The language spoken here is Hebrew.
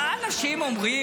מה אנשים אומרים?